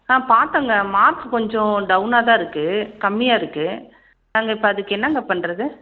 ஆ பார்த்தேங்க மார்க்ஸ் கொஞ்சம் டவுனாக தான் இருக்குது கம்மியாக இருக்குது நாங்கள் இப்போ அதுக்கு என்னங்க பண்ணுறது